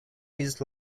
his